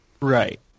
right